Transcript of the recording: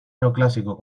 neoclásico